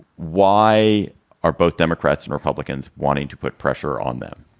why are both democrats and republicans wanting to put pressure on them?